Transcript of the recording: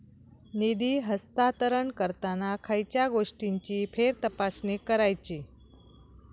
निधी हस्तांतरण करताना खयच्या गोष्टींची फेरतपासणी करायची?